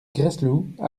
gresloup